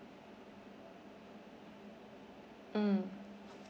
mm